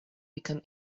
become